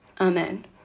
Amen